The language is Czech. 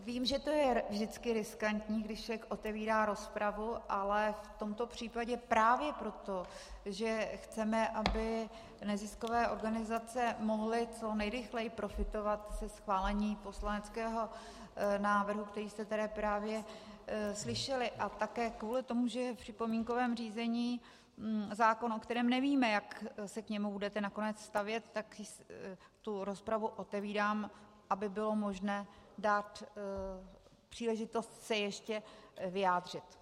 Vím, že to je vždycky riskantní, když člověk otevírá rozpravu, ale v tomto případě právě proto, že chceme, aby neziskové organizace mohly co nejrychleji profitovat ze schválení poslaneckého návrhu, který jste tady právě slyšeli, a také kvůli tomu, že je v připomínkovém řízení zákon, o kterém nevíme, jak se k němu budete nakonec stavět, tak rozpravu otevírám, aby bylo možné dát příležitost se ještě vyjádřit.